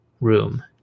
room